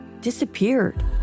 disappeared